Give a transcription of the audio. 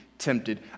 Tempted